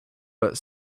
but